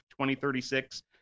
2036